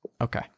okay